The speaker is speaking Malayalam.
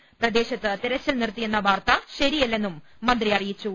ചർച്ച പ്രദേശത്ത് തെരച്ചിൽ നിർത്തിയെന്ന് വാർത്ത ശരിയല്ലെന്നും മന്ത്രി അറിയിച്ചു